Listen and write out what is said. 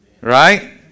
Right